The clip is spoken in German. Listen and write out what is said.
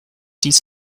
dies